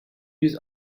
use